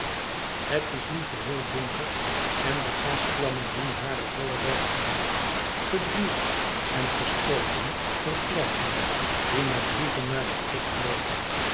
het is nu geheel donker en de gasvlammen doen hare volle werking geduwd en gestooten door klerken die met brieven naar de post loopen